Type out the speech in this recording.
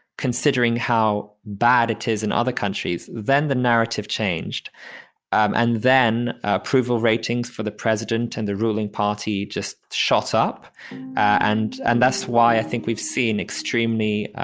considering how bad it is in other countries, then the narrative changed and then approval ratings for the president and the ruling party just shot up and and that's why i think we've seen extremely